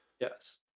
Yes